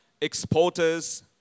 exporters